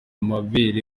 amabere